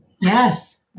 Yes